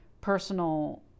personal